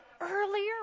earlier